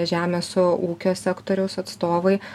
žemės o ūkio sektoriaus atstovai